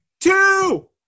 two